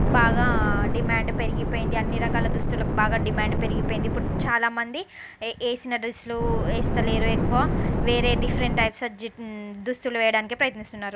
బాగా డిమాండ్ పెరిగిపోయింది అన్నీ రకాల దుస్తులకు బాగా డిమాండ్ పెరిగిపోయింది ఇప్పుడు చాలా మంది వేసిన డ్రెస్లు వేయట్లేదు ఎక్కువ వేరే డిఫరెంట్ టైప్స్ జిప్ దుస్తులు వేయటానికే ప్రయత్నిస్తున్నారు